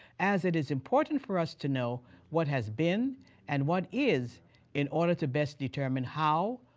as it is important for us to know what has been and what is in order to best determine how,